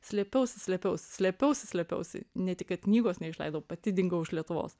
slėpiausi slėpiausi slėpiausi slėpiausi ne tik kad knygos neišleidau pati dingau iš lietuvos